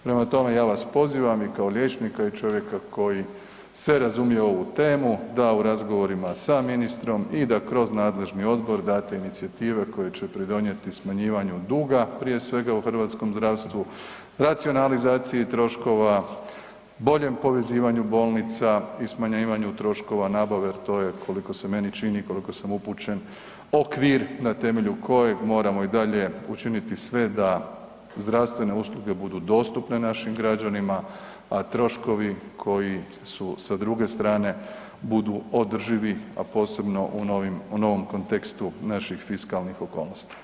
Prema tome, ja vas pozivam i kao liječnika i čovjeka koji se razumije u ovu temu da u razgovorima sa ministrom i da kroz nadležni odbor date inicijative koje će pridonijeti smanjivanju duga prije svega u hrvatskom zdravstvu, racionalizaciji troškova, boljem povezivanju bolnica i smanjivanju troškova nabave jer to je koliko se meni čini, koliko sam upućen, okvir na temelju kojeg moramo i dalje učiniti sve da zdravstvene usluge budu dostupne našim građanima a troškovi koji su sa druge strane budu održivi a posebno u novom kontekstu naših fiskalnih okolnosti.